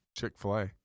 Chick-fil-A